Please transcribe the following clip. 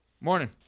Morning